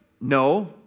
No